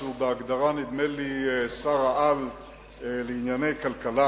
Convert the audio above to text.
שנדמה לי שבהגדרה הוא השר-על לענייני כלכלה,